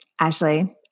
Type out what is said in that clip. Ashley